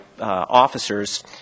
officers